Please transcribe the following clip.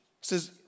says